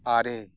ᱟᱨᱮ